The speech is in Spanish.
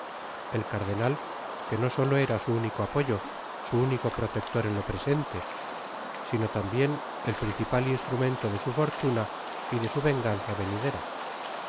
el cardenal que no solo era su único apoyo su único protector en lo presente sino tambien el principal instrumento de su fortuna y de su venganza venidera